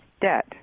debt